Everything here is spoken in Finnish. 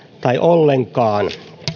tai ollenkaan